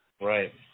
Right